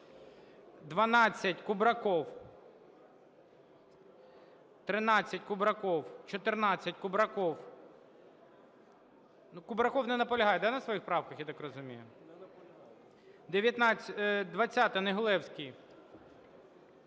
12, Кубраков. 13, Кубраков. 14, Кубраков. Кубраков не наполягає, да, на своїх правках, я так розумію? 20-а, Негулевський.